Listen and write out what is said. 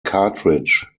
cartridge